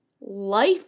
life